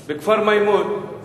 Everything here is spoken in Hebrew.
בכפר-מימון,